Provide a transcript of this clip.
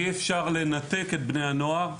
אי אפשר לנתק את בני הנוער.